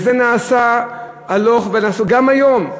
גם היום,